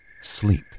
sleep